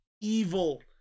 evil